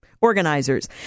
organizers